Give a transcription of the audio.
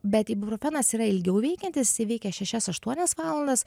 bet ibuprofenas yra ilgiau veikiantis jisai veikia šešias aštuonias valandas